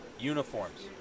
uniforms